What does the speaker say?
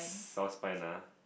South Spine ah